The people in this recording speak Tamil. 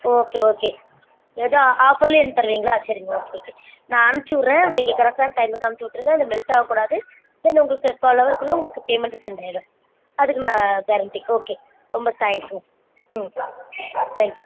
ஓகே ஓகே எதுவும் ஆஃபர்ல தருவீங்களா சரிங்க ஓகே ஓகே நான் அமிச்சிவிட்றேன் நீங்கள் கரெக்டான டைம்க்கு அமிச்சிவிட்ருங்க அது மெல்ட் ஆகக்கூடாது தென் உங்களுக்கு கால் ஹவர்க்குள்ளே உங்களுக்கு பேமெண்ட் செண்ட் பண்ணிவிடுவேன் அதுக்கு நான் கேரண்ட்டி ஓகே ரொம்ப தேங்க்ஸுங்க ம் தேங்க் யூ